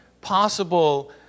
possible